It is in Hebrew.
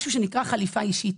משהו שנקרא חליפה אישית.